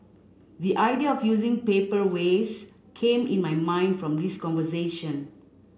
the idea of using paper waste came in my mind from this conversation